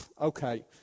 okay